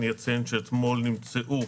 אציין שאתמול נמצאו